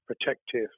protective